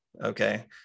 Okay